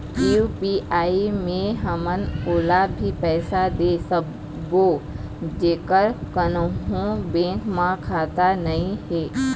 UPI मे हमन ओला भी पैसा दे सकबो जेकर कोन्हो बैंक म खाता नई हे?